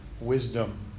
wisdom